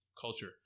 culture